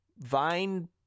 Vine